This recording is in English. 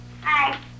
Hi